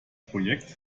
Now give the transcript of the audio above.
projekt